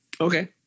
okay